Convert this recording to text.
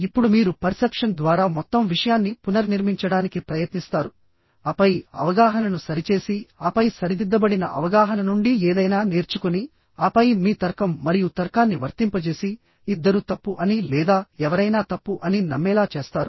ఇప్పుడు మీరు పర్సెప్షన్ ద్వారా మొత్తం విషయాన్ని పునర్నిర్మించడానికి ప్రయత్నిస్తారు ఆపై అవగాహనను సరిచేసి ఆపై సరిదిద్దబడిన అవగాహన నుండి ఏదైనా నేర్చుకుని ఆపై మీ తర్కం మరియు తర్కాన్ని వర్తింపజేసి ఇద్దరూ తప్పు అని లేదా ఎవరైనా తప్పు అని నమ్మేలా చేస్తారు